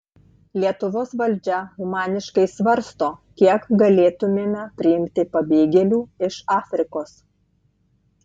lietuvos valdžia humaniškai svarsto kiek galėtumėme priimti pabėgėlių iš afrikos